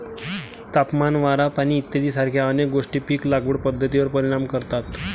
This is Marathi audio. तापमान, वारा, पाणी इत्यादीसारख्या अनेक गोष्टी पीक लागवड पद्धतीवर परिणाम करतात